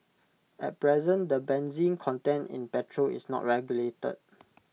at present the benzene content in petrol is not regulated